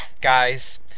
guys